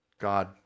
God